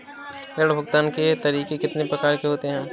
ऋण भुगतान के तरीके कितनी प्रकार के होते हैं?